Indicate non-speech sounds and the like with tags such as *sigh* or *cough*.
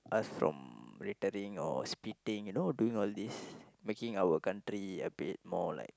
us from littering or spitting you know doing all this *breath* making our country a bit more like